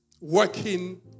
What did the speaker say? working